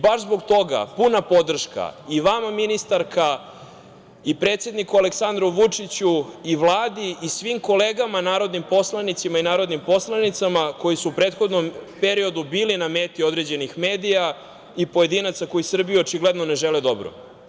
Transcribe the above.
Baš zbog toga puna podrška i vama, ministarka, i predsedniku Aleksandru Vučiću i Vladi i svim kolegama narodnim poslanicima i narodnim poslanicama koji su u prethodnom periodu bili na meti određenih medija i pojedinaca koji Srbiji očigledno ne žele dobro.